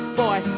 boy